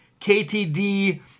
KTD